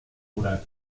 oder